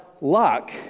luck